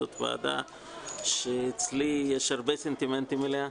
זו ועדה שאצלי יש הרבה סנטימנטים אליה.